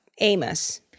Amos